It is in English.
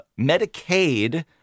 Medicaid